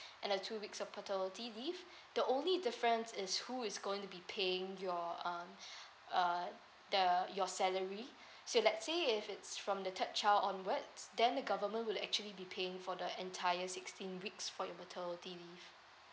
and the two weeks of the paternity leave the only difference is who is going to be paying your um uh the your salary so if let say if it's from the third child onwards then the government would actually be paying for the entire sixteen weeks for your maternity leave